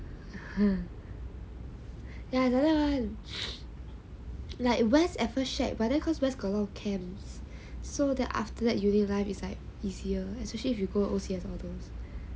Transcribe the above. ya like that [one] like west at first shag cause west got a lot of camps so then after that unit life easier especially if you go O_C_S all those